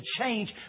change